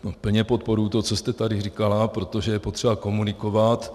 Plně podporuji to, co jste tady říkala, protože je potřeba komunikovat.